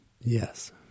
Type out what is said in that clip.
yes